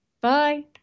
Bye